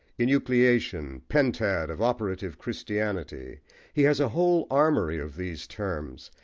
enucleation, pentad of operative christianity he has a whole armoury of these terms,